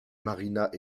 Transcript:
marina